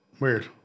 Weird